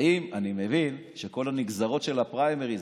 האם אני מבין שכל הנגזרות של הפריימריז,